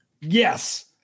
Yes